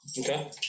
okay